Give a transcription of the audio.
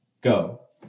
go